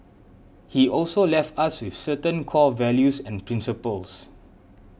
he also left us with certain core values and principles